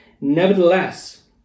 Nevertheless